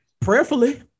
Prayerfully